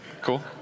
Cool